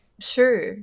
sure